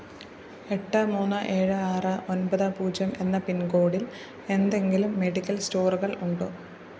എട്ട് മൂന്ന് ഏഴ് ആറ് ഒമ്പത് പൂജ്യം എന്ന പിൻകോഡിൽ എന്തെങ്കിലും മെഡിക്കൽ സ്റ്റോറുകൾ ഉണ്ടോ